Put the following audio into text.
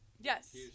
Yes